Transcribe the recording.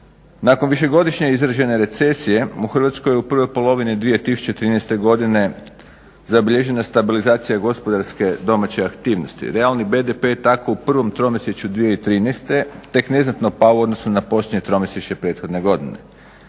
Nakon višegodišnje izražene recesije u Hrvatskoj je u prvoj polovini 2013. godine zabilježena stabilizacija gospodarske domaće aktivnosti. Realni BDP je tako u prvom tromjesečju 2013. tek neznatno pao u odnosu na posljednje tromjesečje prethodne godine